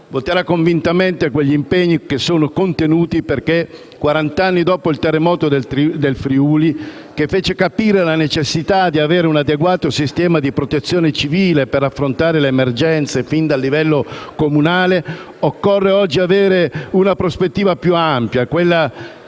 voterà convintamente, insieme agli impegni in esso contenuti, perché quarant'anni dopo il terremoto del Friuli, che fece capire la necessità di avere un adeguato sistema di protezione civile per affrontare le emergenze, fin dal livello comunale, occorre oggi avere una prospettiva più ampia, sintetizzata